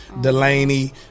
Delaney